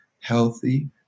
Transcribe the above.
healthy